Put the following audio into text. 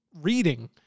reading